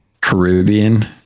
Caribbean